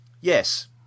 Yes